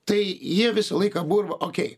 tai jie visą laiką buvo ir okei